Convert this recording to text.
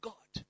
God